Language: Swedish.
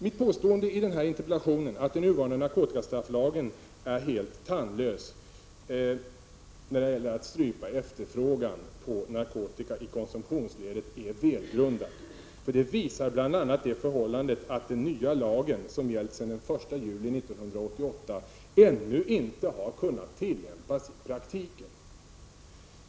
Mitt påstående i den här interpellationen, att nuvarande narkotikastrafflag är helt tandlös när det gäller att strypa efterfrågan på narkotika i konsumtionsledet, är väl grundat. Det visar bl.a. det förhållandet att den nya lagen, som gällt sedan den 1 juli 1988, ännu inte har kunnat tillämpas i praktiken i någon nämnvärd utsträckning.